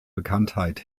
bekanntheit